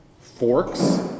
Forks